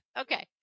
Okay